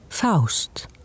Faust